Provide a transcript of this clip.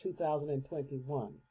2021